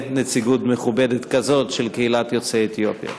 נציגות מכובדת כזאת של קהילת יוצאי אתיופיה.